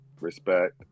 respect